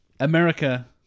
America